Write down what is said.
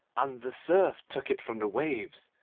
and the surf took it from the waves,